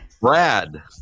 Brad